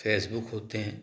Facebook होते हैं